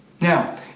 Now